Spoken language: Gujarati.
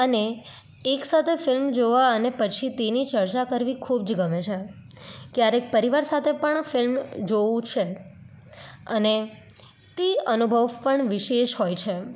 અને એકસાથે ફિલ્મ જોવા અને પછી તેની ચર્ચા કરવી ખૂબ જ ગમે છે ક્યારેક પરિવાર સાથે પણ ફિલ્મ જોઉં છે અને તે અનુભવ પણ વિશેષ હોય છે